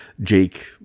Jake